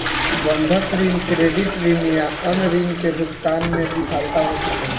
बंधक ऋण, क्रेडिट ऋण या अन्य ऋण के भुगतान में विफलता हो सकेला